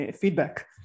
feedback